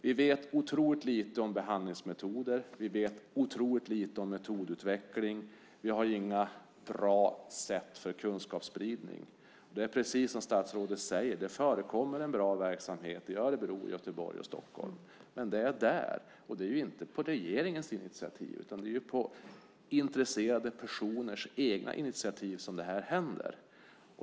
Vi vet otroligt lite om behandlingsmetoder och metodutveckling. Vi har inga bra sätt för kunskapsspridning. Det förekommer en bra verksamhet i Örebro, Göteborg och Stockholm, precis som statsrådet säger, men det är där. Och det sker inte på regeringens initiativ, utan det är på intresserade personers egna initiativ som detta händer.